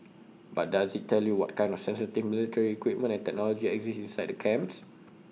but does IT tell you what kind of sensitive military equipment and technology exist inside the camps